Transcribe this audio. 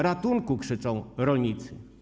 Ratunku - krzyczą rolnicy.